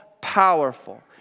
powerful